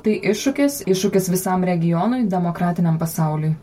tai iššūkis iššūkis visam regionui demokratiniam pasauliui